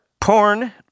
porn